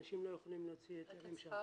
אנשים לא יכולים להוציא היתרים שם.